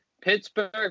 Pittsburgh